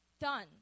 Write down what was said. Done